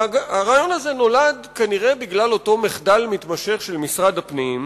הרעיון הזה נולד כנראה בגלל אותו מחדל מתמשך של משרד הפנים,